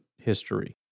history